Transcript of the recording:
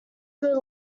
good